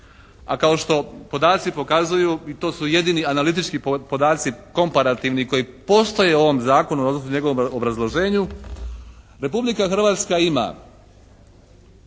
a kao što podaci pokazuju i to su jedini analitički podaci komparativni koji postoje u ovom zakonu odnosno njegovom obrazloženju Republika Hrvatska ima